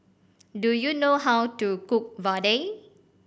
do you know how to cook vadai